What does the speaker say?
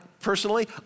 personally